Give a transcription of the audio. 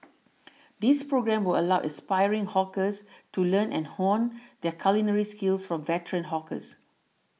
this programme will allow aspiring hawkers to learn and hone their culinary skills from veteran hawkers